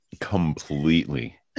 Completely